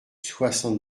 soixante